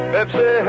Pepsi